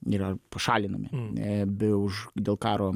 yra pašalinami e be už dėl karo